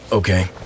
Okay